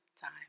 time